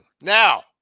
now